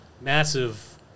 massive